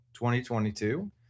2022